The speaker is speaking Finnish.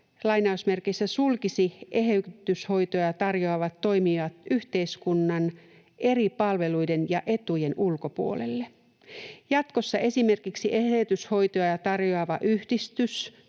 ”sulkisi eheytyshoitoja tarjoavat toimijat yhteiskunnan eri palveluiden ja etujen ulkopuolelle”. Jatkossa esimerkiksi eheytyshoitoja tarjoava yhdistys,